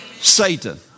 Satan